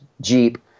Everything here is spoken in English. Jeep